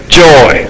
joy